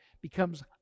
becomes